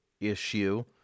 issue